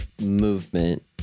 movement